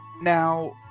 Now